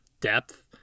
depth